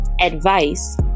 advice